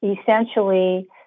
essentially